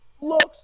Looks